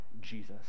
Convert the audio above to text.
Jesus